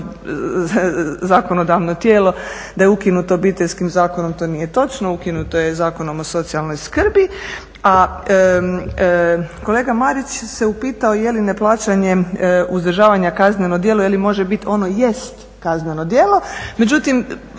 zakonodavno tijelo, da je ukinut Obiteljskim zakonom to nije točno, ukinuto je Zakonom o socijalnoj skrbi. A kolega Marić se upitao je li neplaćanje uzdržavanja kazneno djelo ili može bit. Ono jest kazneno djelo, međutim